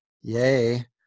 yay